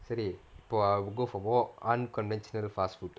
சரி:sari I will go for more unconventional fast food